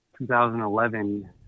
2011